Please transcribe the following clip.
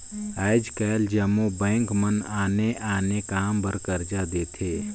आएज काएल जम्मो बेंक मन आने आने काम बर करजा देथे